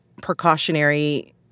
precautionary